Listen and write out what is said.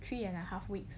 three and a half weeks